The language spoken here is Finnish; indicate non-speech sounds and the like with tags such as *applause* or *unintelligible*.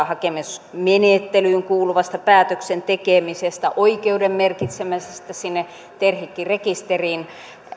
*unintelligible* hakemusmenettelyyn kuuluvasta päätöksen tekemisestä ja oikeuden merkitsemisestä sinne terhikki rekisteriin